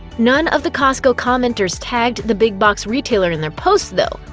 none of the costco commenters tagged the big-box retailer in their posts, though,